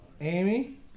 Amy